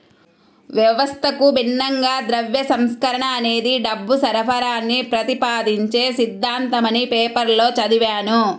వ్యవస్థకు భిన్నంగా ద్రవ్య సంస్కరణ అనేది డబ్బు సరఫరాని ప్రతిపాదించే సిద్ధాంతమని పేపర్లో చదివాను